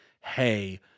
hey